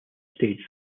stage